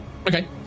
Okay